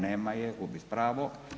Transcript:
Nema je, gubi pravo.